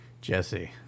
Jesse